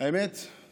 האמת היא